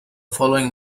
following